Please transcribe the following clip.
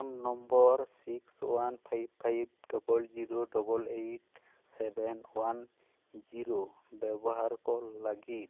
phone number six one five five double zero double eight seven one zero ᱵᱮᱵᱚᱦᱟᱨ ᱠᱚ ᱞᱟᱹᱜᱤᱫ